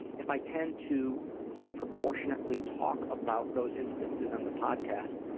if i tend to disproportionately talk about those instances on the podcast,